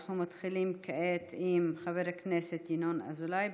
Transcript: אנחנו מתחילים כעת עם חבר הכנסת ינון אזולאי,